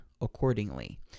accordingly